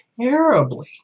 terribly